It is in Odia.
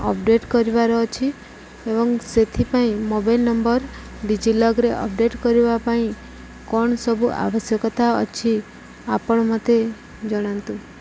ଅପଡେଟ୍ କରିବା ପାଇଁ କ'ଣ ସବୁ ଆବଶ୍ୟକତା ଅଛି ଆପଣ ମୋତେ ଜଣାନ୍ତୁ